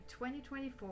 2024